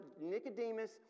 Nicodemus